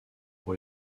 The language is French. pour